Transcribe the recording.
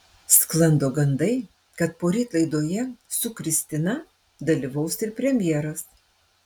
sklando gandai kad poryt laidoje su kristina dalyvaus ir premjeras